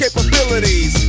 Capabilities